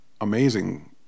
amazing